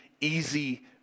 easy